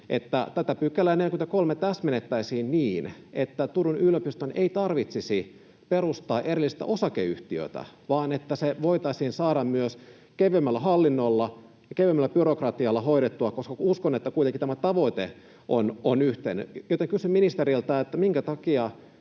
tätä pykälää 43 täsmennettäisiin niin, että Turun yliopiston ei tarvitsisi perustaa erillistä osakeyhtiötä, vaan se voitaisiin saada kevyemmällä hallinnolla, kevyemmällä byrokratialla hoidettua, koska uskon, että kuitenkin tämä tavoite on yhteinen. Joten kysyn ministeriltä, minkä takia